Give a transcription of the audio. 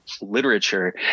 Literature